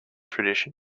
tradition